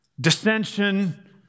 dissension